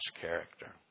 character